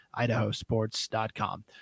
Idahosports.com